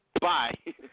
Bye